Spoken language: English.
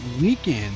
weekend